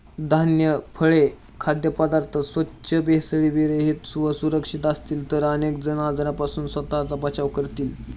धान्य, फळे, खाद्यपदार्थ स्वच्छ, भेसळविरहित व सुरक्षित असतील तर अनेक जण आजारांपासून स्वतःचा बचाव करतील